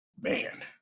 man